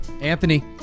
Anthony